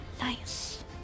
Nice